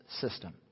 system